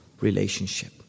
relationship